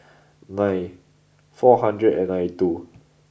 nine four hundred and ninety two